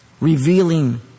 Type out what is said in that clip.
Revealing